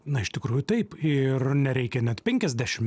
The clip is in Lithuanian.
na iš tikrųjų taip ir nereikia net penkiasdešim